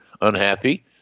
unhappy